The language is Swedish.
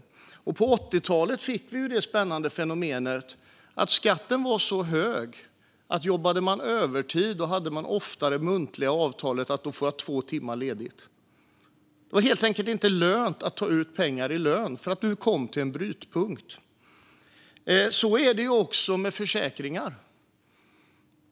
På 1980-talet fick vi det spännande fenomenet att skatten var så hög att om man jobbade övertid fick man ofta ha muntligt avtal om att få två timmar ledigt. Det var helt enkelt inte lönt att ta ut det i lön, för då kom man över en brytpunkt. Så är det också med försäkringar.